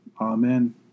Amen